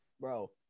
bro